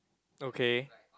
okay